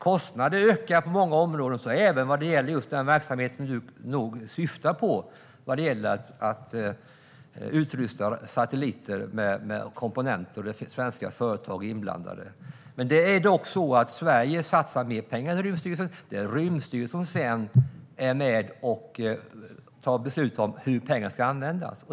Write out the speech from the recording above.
Kostnaderna ökar på många områden, så även vad gäller just den verksamhet som Fredrik Christensson nog syftar på, där det rör sig om att utrusta satelliter med komponenter och där svenska företag är inblandade. Det är dock så att Sverige satsar mer pengar på Rymdstyrelsen. Rymdstyrelsen är sedan med och tar beslut om hur pengarna ska användas.